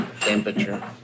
temperature